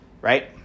right